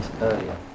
earlier